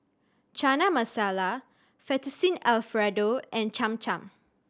Chana Masala Fettuccine Alfredo and Cham Cham